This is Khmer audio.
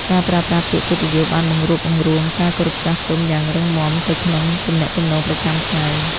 ការប្រើប្រាស់ពាក្យកិត្តិយសបានបង្រួបបង្រួមការគោរពចាស់ទុំយ៉ាងរឹងមាំទៅក្នុងទំនាក់ទំនងប្រចាំថ្ងៃ។